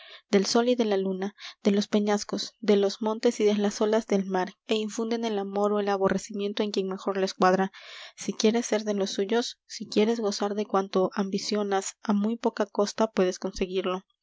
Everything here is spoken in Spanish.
del sol y de la luna de los peñascos de los montes y de las olas del mar é infunden el amor ó el aborrecimiento en quien mejor les cuadra si quieres ser de los suyos si quieres gozar de cuanto ambicionas á muy poca costa puedes conseguirlo